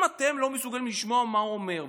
אם אתם לא מסוגלים לשמוע מה הוא אומר,